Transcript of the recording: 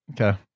Okay